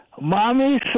Mommy